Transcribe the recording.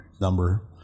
number